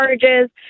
charges